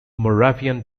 moravian